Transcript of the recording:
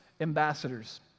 ambassadors